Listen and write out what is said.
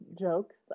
jokes